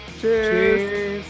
Cheers